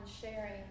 sharing